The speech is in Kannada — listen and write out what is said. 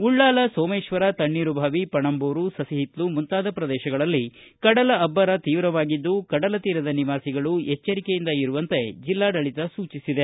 ಉಳ್ಳಾಲ ಸೋಮೇಶ್ವರ ತಣ್ಣೀರುಬಾವಿ ಪಣಂಬೂರು ಸಸಿಹಿತ್ಲು ಮುಂತಾದ ಪ್ರದೇಶಗಳಲ್ಲಿ ಕಡಲ ಅಬ್ಬರ ತೀವ್ರವಾಗಿದ್ದು ಕಡಲ ತೀರದ ನಿವಾಸಿಗಳು ಎಜ್ವರಿಕೆಯಿಂದ ಇರುವಂತೆ ಜಿಲ್ಲಾಡಳಿತ ಸೂಚಿಸಿದೆ